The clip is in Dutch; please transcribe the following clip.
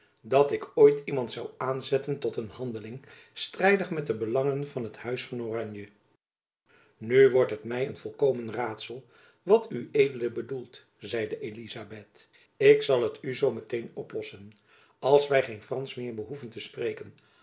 dat ik ooit iemand zoû aanzetten tot een handeling strijdig met de belangen van het huis van oranje nu wordt het my een volkomen raadsel wat ued bedoelt zeide elizabeth ik zal het u zoo met-een oplossen als wy geen fransch meer behoeven te spreken